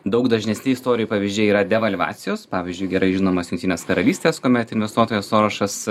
daug dažnesni istorijų pavyzdžiai yra devalvacijos pavyzdžiui gerai žinomas jungtinės karalystės kuomet investuotojas sorošas